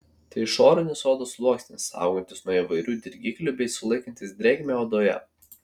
tai išorinis odos sluoksnis saugantis nuo įvairių dirgiklių bei sulaikantis drėgmę odoje